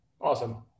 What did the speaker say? Awesome